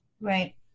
Right